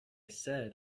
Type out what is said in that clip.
said